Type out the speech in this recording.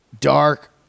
Dark